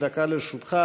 דקה לרשותך.